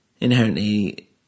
inherently